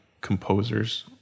composers